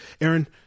Aaron